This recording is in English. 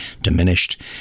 diminished